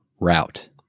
route